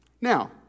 Now